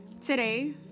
today